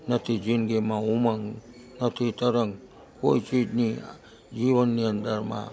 નથી જિંદગીમાં ઉમંગ નથી તરંગ કોઈ ચીજની જીવનની અંદરમાં